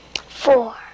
Four